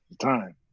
time